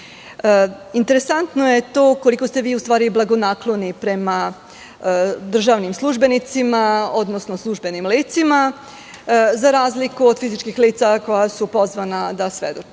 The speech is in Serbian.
rasprave. Interesantno je to koliko ste vi u stvari blagonakloni prema državnim službenicima, odnosno službenim licima, za razliku od fizičkih lica koja su pozvana da svedoče.